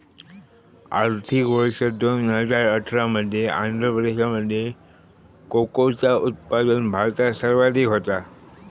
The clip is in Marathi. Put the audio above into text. आर्थिक वर्ष दोन हजार अठरा मध्ये आंध्र प्रदेशामध्ये कोकोचा उत्पादन भारतात सर्वाधिक होता